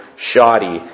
shoddy